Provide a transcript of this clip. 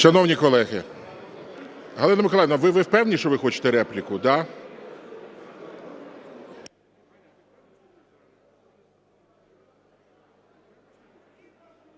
Шановні колеги… Галина Миколаївна, ви впевнені, що ви хочете репліку,